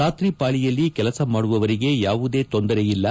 ರಾತ್ರಿ ಪಾಳಿಯಲ್ಲಿ ಕೆಲಸ ಮಾಡುವವರಿಗೆ ಯಾವುದೇ ತೊಂದರೆ ಇಲ್ಲ